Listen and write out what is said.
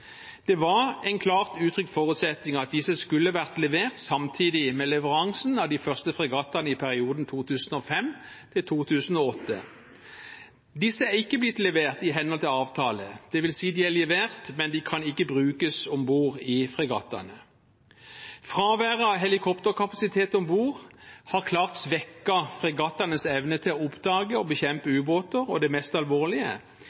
Det var en klart uttrykt forutsetning at disse skulle ha vært levert samtidig med leveransen av de første fregattene i perioden 2005–2008. Disse er ikke blitt levert i henhold til avtale. Det vil si: De er levert, men de kan ikke brukes om bord i fregattene. Fraværet av helikopterkapasitet om bord har klart svekket fregattenes evne til å oppdage og bekjempe